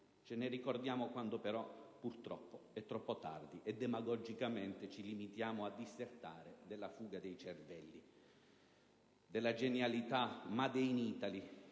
ce ne ricordiamo quando, però, purtroppo, è troppo tardi e demagogicamente ci limitiamo a dissertare della fuga di cervelli, della genialità *made in Italy*